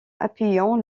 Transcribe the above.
appuyant